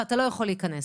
ואתה לא יכול להיכנס.